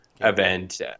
event